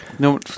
No